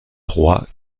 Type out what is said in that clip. droit